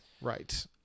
Right